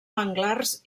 manglars